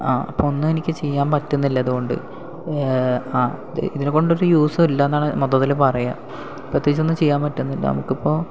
ആ അപ്പോൾ ഒന്നും എനിക്ക് ചെയ്യാൻ പറ്റുന്നില്ല ഇതുകൊണ്ട് ആ ഇതിനെക്കൊണ്ട് ഒരു യൂസും ഇല്ലായെന്നാണ് മൊത്തത്തിൽ പറയുക പ്രത്യേകിച്ചൊന്നും ചെയ്യാൻ പറ്റുന്നില്ല നമുക്കിപ്പോൾ